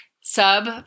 sub